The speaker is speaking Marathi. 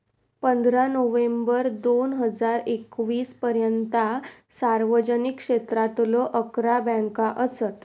पंधरा नोव्हेंबर दोन हजार एकवीस पर्यंता सार्वजनिक क्षेत्रातलो अकरा बँका असत